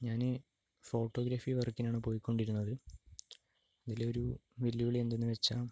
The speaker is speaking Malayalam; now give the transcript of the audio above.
ഞാൻ ഈ ഫോട്ടോഗ്രാഫി വർക്കിനാണ് പോയ്കൊണ്ടിരുന്നത് അതിലൊരു വെല്ലുവിളി എന്തെന്നു വെച്ചാൽ